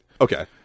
Okay